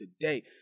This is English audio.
today